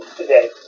today